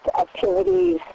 activities